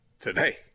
today